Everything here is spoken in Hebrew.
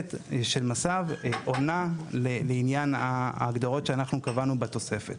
המערכת של מס"ב עונה לעניין ההגדרות שאנחנו קבענו בתוספת.